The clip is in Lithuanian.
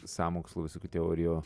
sąmokslų visokių teorijų